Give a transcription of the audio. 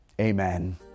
Amen